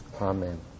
Amen